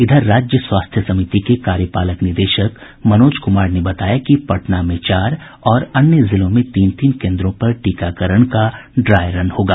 इधर राज्य स्वास्थ्य समिति के कार्यपालक निदेशक मनोज कुमार ने बताया कि पटना में चार और अन्य जिलों में तीन तीन केन्द्रों पर टीकाकरण का ड्राई रन होगा